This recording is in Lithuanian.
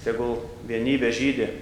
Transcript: tegul vienybė žydi